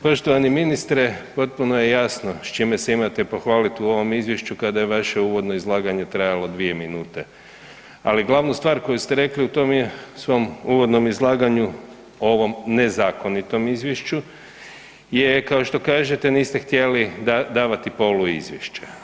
Poštovani ministre potpuno je jasno s čime se imate pohvaliti u ovom izvješću kada je vaše uvodno izlaganje trajalo 2 minute, ali glavnu stvar koju ste rekli u tom svom uvodnom izlaganju ovom nezakonitom izvješću je kao što kažete niste htjeli da davati poluizvješća.